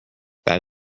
that